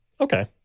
Okay